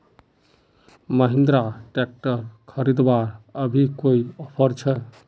Mahindra tractor खरीदवार अभी कोई ऑफर छे?